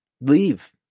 Leave